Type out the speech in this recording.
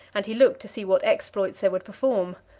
and he looked to see what exploits they would perform.